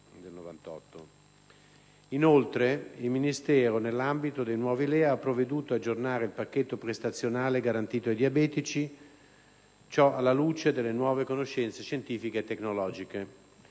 Inoltre il Ministero, nell'ambito dei nuovi LEA, ha provveduto ad aggiornare il «pacchetto prestazionale» garantito ai diabetici, alla luce delle nuove conoscenze scientifiche e tecnologiche;